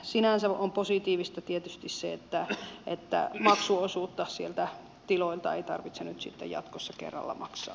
sinänsä on positiivista tietysti se että maksuosuutta sieltä tiloilta ei tarvitse nyt sitten jatkossa kerralla maksaa